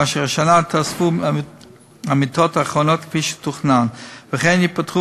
כאשר יתווספו המיטות האחרונות כפי שתוכנן וכן יפתחו